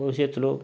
భవిష్యత్తులో